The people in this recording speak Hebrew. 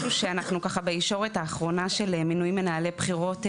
משהו שאנחנו ככה בישורת האחרונה של מינוי מנהלי בחירות וסגנים,